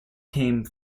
came